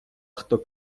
хто